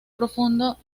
profundo